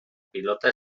pilota